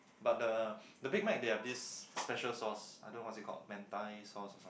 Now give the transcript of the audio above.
but the the big night they have this special sauce I don't know what it's called mentai sauce or some